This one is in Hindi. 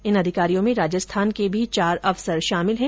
इन अधिकारियों में राजस्थान के भी चार अफसर शामिल हैं